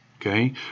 Okay